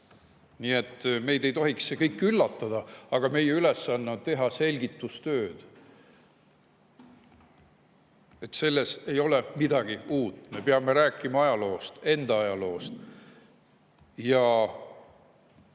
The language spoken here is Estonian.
Nii et meid ei tohiks see kõik üllatada, aga meie ülesanne on teha selgitustööd, et selles ei ole midagi uut. Me peame rääkima ajaloost, enda ajaloost.